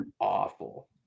awful